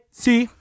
see